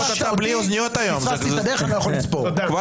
זה פוגע.